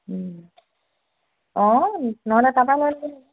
অঁ নহ'লে তাৰপৰাই লৈ ল'বি